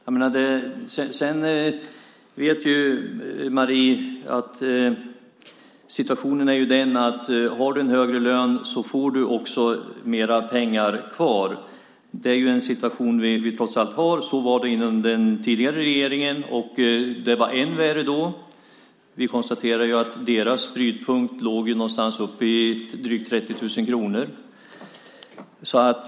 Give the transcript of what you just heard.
Marie Engström vet att situationen är sådan att om man har en högre lön får man också mer pengar kvar. Det är en situation som vi trots allt har. Så var det under den tidigare regeringens tid. Och det var än värre då. Vi konstaterar att brytpunkten då låg vid drygt 30 000 kronor.